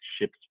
ships